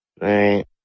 right